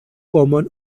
common